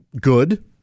good